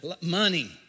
Money